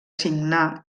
signar